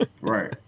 right